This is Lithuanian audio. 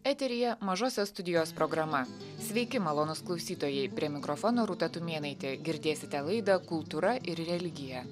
eteryje mažosios studijos programa sveiki malonūs klausytojai prie mikrofono rūta tumėnaitė girdėsite laidą kultūra ir religija